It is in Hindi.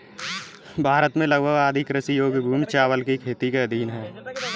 भारत में लगभग आधी कृषि योग्य भूमि चावल की खेती के अधीन है